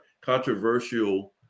controversial